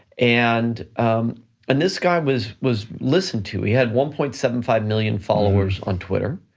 and and this guy was was listened to, he had one point seven five million followers on twitter,